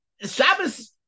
Shabbos